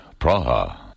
Praha